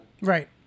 Right